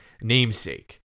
namesake